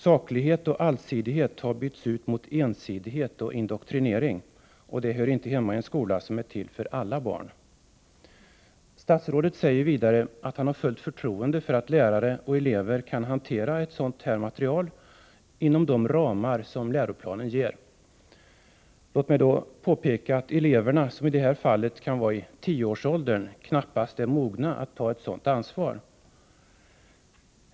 Saklighet och allsidighet har bytts ut mot ensidighet och indoktrinering, och det hör inte hemma i en skola som är till för alla barn. Statsrådet säger vidare att han har fullt förtroende för att lärare och elever kan hantera ett sådant här material inom de ramar som läroplanen ger. Låt mig då påpeka att eleverna, som i det här fallet kan vara i tioårsåldern, knappast är mogna att ta ett sådant ansvar.